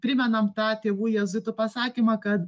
primenam tą tėvų jėzuitų pasakymą kad